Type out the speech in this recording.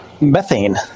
methane